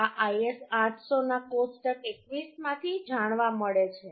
આ IS 800 ના કોષ્ટક 21 માંથી જાણવા મળે છે